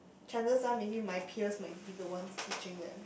chances are maybe my peers might be the ones teaching them